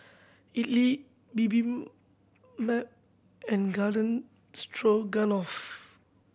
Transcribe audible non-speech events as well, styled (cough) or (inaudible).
Idili (unintelligible) and Garden Stroganoff